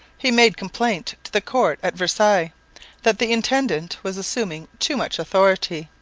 he made complaint to the court at versailles that the intendant was assuming too much authority.